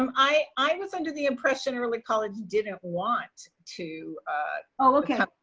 um i i was under the impression early college didn't want to oh okay.